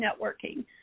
networking